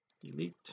delete